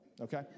okay